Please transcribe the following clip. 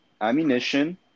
ammunition